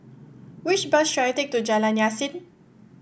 which bus should I take to Jalan Yasin